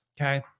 okay